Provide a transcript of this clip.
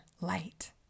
light